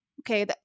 Okay